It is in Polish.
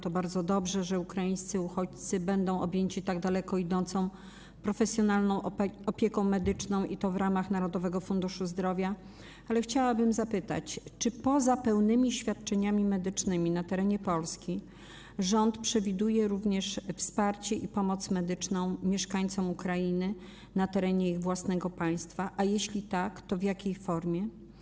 To bardzo dobrze, że ukraińscy uchodźcy będą objęci tak daleko idącą, profesjonalną opieką medyczną, i to w ramach Narodowego Funduszu Zdrowia, ale chciałabym zapytać, czy poza pełnymi świadczeniami medycznymi na terenie Polski rząd przewiduje również wsparcie i pomoc medyczną dla mieszkańców Ukrainy na terenie ich własnego państwa, a jeśli tak, to w jakiej formie.